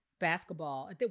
basketball